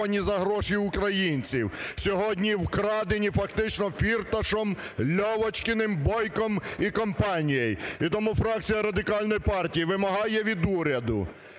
сьогодні вкрадені фактично Фірташом, Льовочкіним, Бойком і компанією. І тому фракція Радикальної партії вимагає від уряду,